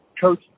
coach